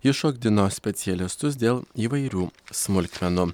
jis šokdino specialistus dėl įvairių smulkmenų